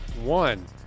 one